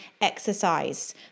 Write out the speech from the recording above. exercise